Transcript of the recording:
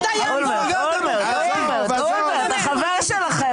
החבר שלכם